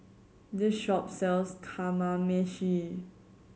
this shop sells Kamameshi